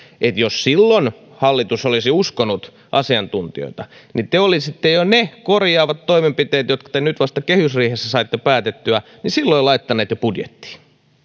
eli jos silloin hallitus olisi uskonut asiantuntijoita niin te olisitte ne korjaavat toimenpiteet jotka te nyt vasta kehysriihessä saitte päätettyä jo silloin laittaneet budjettiin